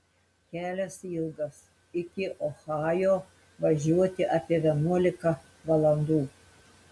kelias ilgas iki ohajo važiuoti apie vienuolika valandų